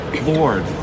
Lord